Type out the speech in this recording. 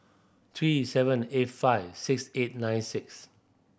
three seven eight five six eight nine six